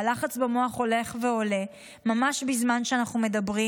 והלחץ במוח הולך ועולה ממש בזמן שאנחנו מדברים.